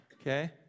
Okay